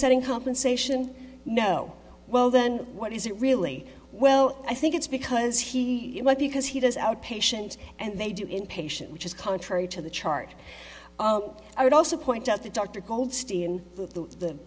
setting compensation no well then what is it really well i think it's because he because he does outpatient and they do inpatient which is contrary to the chart i would also point out that dr goldstein the